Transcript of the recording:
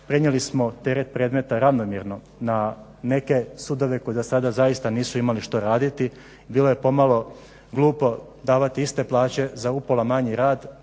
prenijeli smo teret predmeta ravnomjerno na neke sudove koji do sada zaista nisu imali što raditi, bilo je pomalo glupo davati iste plaće za upola manji rad